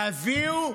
תביאו הוכחות.